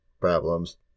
problems